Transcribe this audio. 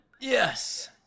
yes